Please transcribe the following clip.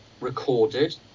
recorded